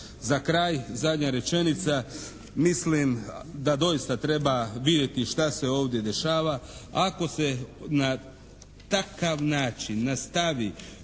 Za kraj zadnja rečenica. Mislim da doista treba vidjeti što se ovdje dešava. Ako se na takav način nastavi